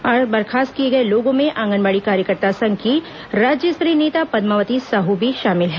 आज बर्खास्त किए गए लोगों में आंगनबाड़ी कार्यकर्ता संघ की राज्य स्तरीय नेता पदमावती साहू भी शामिल हैं